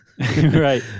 Right